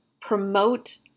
promote